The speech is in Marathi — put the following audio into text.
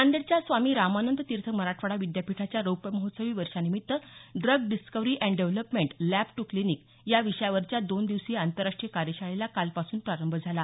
नांदेडच्या स्वामी रामानंद तीर्थ मराठवाडा विद्यापीठाच्या रौप्य महोत्सवी वर्षानिमित्त drug discovery and development lab to क्लिनिकया विषयावरच्या दोन दिवसीय आंतरराष्ट्रीय कार्यशाळेला कालपासून प्रारंभ झाला